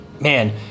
man